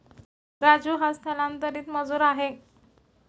राजू हा स्थलांतरित मजूर आहे